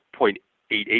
0.88